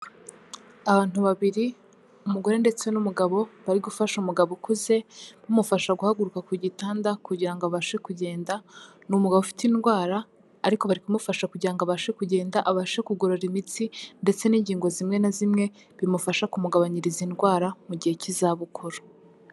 Abantu babiri umugore ndetse n'umugabo bari gufasha umugabo ukuze, bamufasha guhaguruka ku gitanda kugira ngo abashe kugenda. Ni umugabo ufite indwara ariko bari kumufasha kugira ngo abashe kugenda, abashe kugorora imitsi ndetse n'ingingo zimwe na zimwe. Bimufashe kumugabanyiriza indwara mu gihe cy'izabukuru.